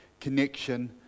connection